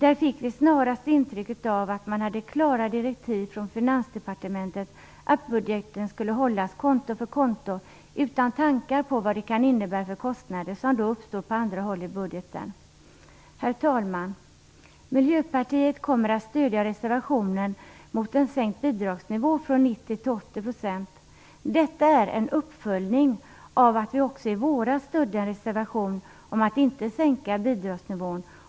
Vi fick snarast intrycket att man hade klara direktiv från Finansdepartementet att budgeten skulle hållas konto för konto, utan tankar på vilka kostnader som då uppstår på andra håll i budgeten. Herr talman! Miljöpartiet kommer att stödja reservationen mot en sänkning av bidragsnivån från 90 % till 80 %. Detta är en uppföljning av att vi också i våras stödde en reservation om att inte sänka bidragsnivån.